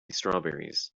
strawberries